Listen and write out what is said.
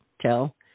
tell